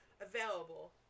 available